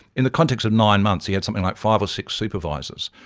in the context of nine months he had something like five or six supervisors.